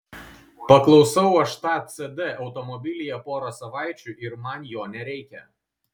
paklausau aš tą cd automobilyje pora savaičių ir man jo nereikia